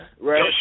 Right